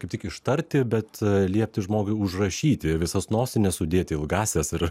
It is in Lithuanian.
kaip tik ištarti bet liepti žmogui užrašyti visas nosines sudėti ilgąsias ir